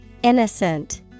Innocent